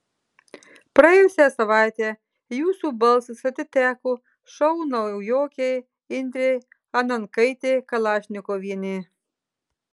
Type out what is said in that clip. praėjusią savaitę jūsų balsas atiteko šou naujokei indrei anankaitei kalašnikovienei